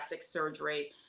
surgery